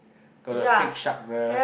got the fake shark the